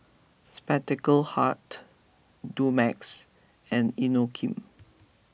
Spectacle Hut Dumex and Inokim